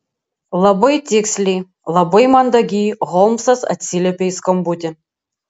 labai tiksliai labai mandagiai holmsas atsiliepė į skambutį